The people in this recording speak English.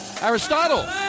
Aristotle